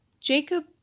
Jacob